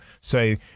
say